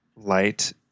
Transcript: light